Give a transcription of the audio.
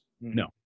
no